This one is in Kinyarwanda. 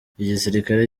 igisirikare